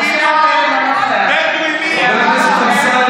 יואל אדלשטיין,